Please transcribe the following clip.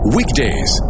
Weekdays